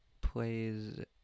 plays